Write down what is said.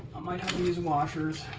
might have to use washers